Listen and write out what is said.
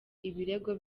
ibirego